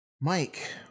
Mike